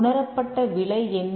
உணரப்பட்ட விலை என்ன